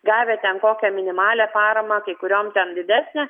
gavę ten kokią minimalią paramą kai kuriom ten didesnę